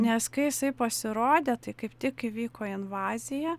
nes kai jisai pasirodė tai kaip tik įvyko invazija